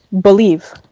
believe